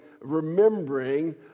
remembering